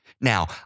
Now